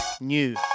new